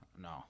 No